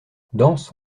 danse